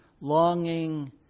longing